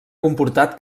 comportat